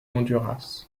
honduras